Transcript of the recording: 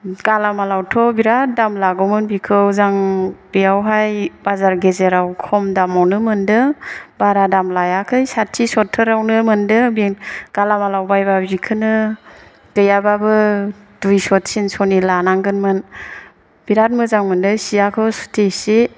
गालामालआवथ' बिराथ दाम लागौमोन बिखौ जों बियावहाय बाजार गेजेराव खम दामावनो मोन्दों बारा दाम लायाखै साथि सथुरावनो मोन्दों बे गालामालआव बायबा बिखौनो गैयाबाबो दुइस' थिनस'नि लानांगोनमोन बिराथ मोजां मोननाय सियाखौ सुथि सि